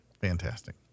Fantastic